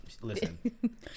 Listen